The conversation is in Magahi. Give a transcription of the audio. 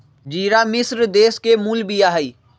ज़िरा मिश्र देश के मूल बिया हइ